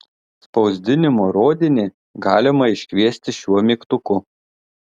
spausdinimo rodinį galima iškviesti šiuo mygtuku